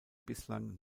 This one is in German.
bislang